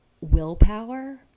willpower